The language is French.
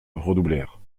redoublèrent